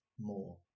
more